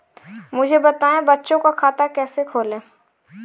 मुझे बताएँ बच्चों का खाता कैसे खोलें?